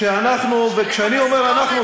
כשאני אומר "אנחנו",